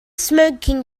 smoking